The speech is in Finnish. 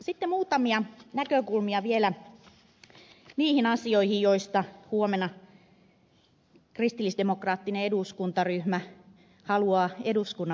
sitten muutamia näkökulmia vielä niihin asioihin joista huomenna kristillisdemokraattinen eduskuntaryhmä haluaa eduskunnan mielipidettä